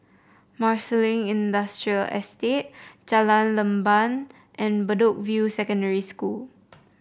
Marsiling Industrial Estate Jalan Leban and Bedok View Secondary School